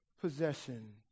possession